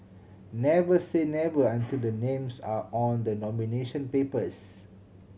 never say never until the names are on the nomination papers